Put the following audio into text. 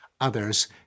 others